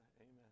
Amen